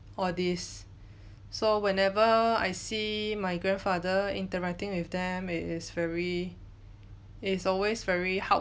or this so whenever I see my grandfather interacting with them it is very it's always very heart